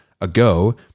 ago